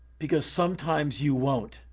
because, sometimes, you won't.